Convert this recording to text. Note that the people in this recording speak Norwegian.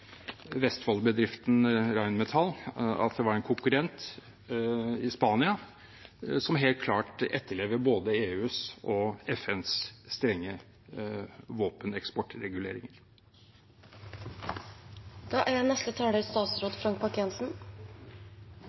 en konkurrent i Spania, som helt klart etterlever både EUs og FNs strenge våpeneksportregulering. Jeg skal heller ikke drive saksbehandling fra talerstolen, men det er